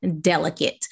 delicate